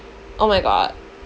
oh my god